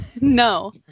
No